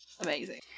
Amazing